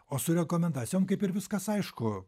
o su rekomendacijom kaip ir viskas aišku